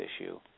issue